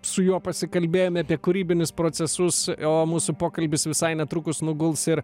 su juo pasikalbėjom apie kūrybinius procesus o mūsų pokalbis visai netrukus nuguls ir